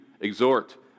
exhort